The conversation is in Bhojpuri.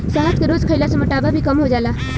शहद के रोज खइला से मोटापा भी कम हो जाला